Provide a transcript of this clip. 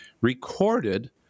recorded